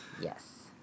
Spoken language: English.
Yes